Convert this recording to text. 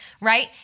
right